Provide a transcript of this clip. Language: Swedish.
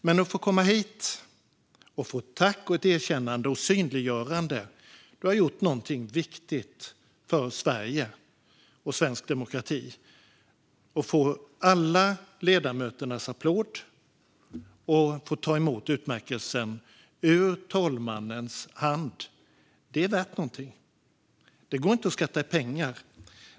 Men att få komma hit och få ett tack, ett erkännande och ett synliggörande - du har gjort någonting viktigt för Sverige och svensk demokrati -, få alla ledamöternas applåder och ta emot utmärkelsen ur talmannens hand är värt någonting. Det går inte att skatta i pengar.